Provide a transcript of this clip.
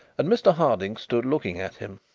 and mr harding stood looking at him.